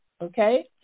Okay